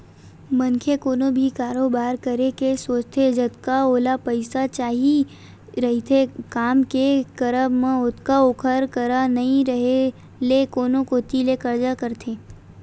मनखे कोनो भी कारोबार करे के सोचथे जतका ओला पइसा चाही रहिथे काम के करब म ओतका ओखर करा नइ रेहे ले कोनो कोती ले करजा करथे